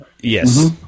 Yes